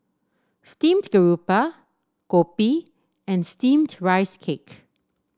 Steamed Garoupa kopi and steamed Rice Cake